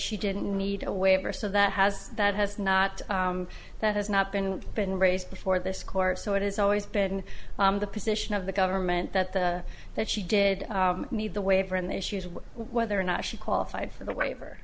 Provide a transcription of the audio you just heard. she didn't need a waiver so that has that has not that has not been been raised before this court so it is always been the position of the government that the that she did need the waiver in the issues of whether or not she qualified for the waiver